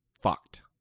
fucked